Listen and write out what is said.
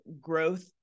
growth